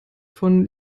von